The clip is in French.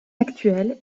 actuelle